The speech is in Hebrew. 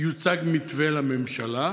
יוצג מתווה לממשלה?